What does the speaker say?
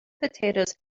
potatoes